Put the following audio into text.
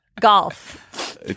Golf